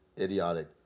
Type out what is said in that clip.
idiotic